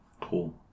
Cool